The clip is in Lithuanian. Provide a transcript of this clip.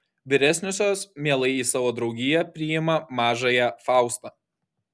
vyresniosios mielai į savo draugiją priima mažąją faustą